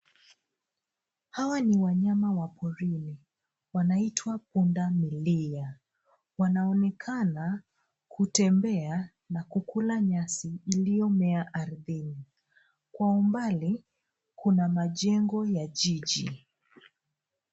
Hawa ni wanyama wa porini, wanaitwa punda milia. Wanaonekana kutembea na kukula nyasi, iliyomea ardhini. Kwa umbali kuna majengo ya jiji.